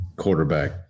Quarterback